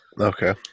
Okay